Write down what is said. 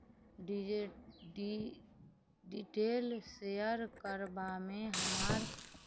D जे डि detail share करबामे हमर